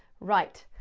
right,